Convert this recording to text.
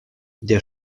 der